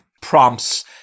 prompts